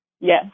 Yes